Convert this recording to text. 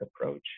approach